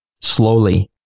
slowly